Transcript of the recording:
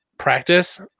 practice